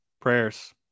prayers